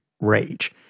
rage